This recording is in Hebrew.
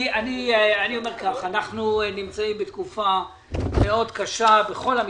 אני אומר כך: אנחנו נמצאים בתקופה מאוד קשה בכל המגזרים.